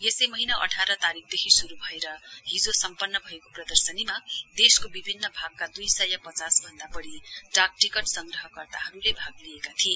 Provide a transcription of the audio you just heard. यसै महीना अठार तारीकदेखि शुरु भएर हिजो सम्पन्न भएको प्रदर्शनीमा देशको विभिन्न भागका दुई सय पचास भन्दा बढी डाकटिक्ट संग्रह कर्ताहरूले भाग लिएका थिए